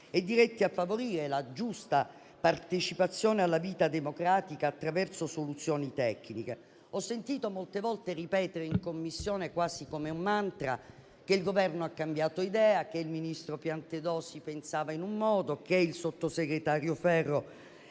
- diretti a favorire la giusta partecipazione alla vita democratica attraverso soluzioni tecniche. Ho sentito molte volte ripetere in Commissione, quasi come un mantra, che il Governo ha cambiato idea, che il ministro Piantedosi la pensava in un modo e quant'altro.